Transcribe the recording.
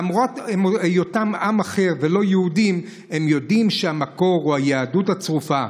למרות היותם עם אחר ולא יהודים הם יודעים שהמקור הוא היהדות הצרופה.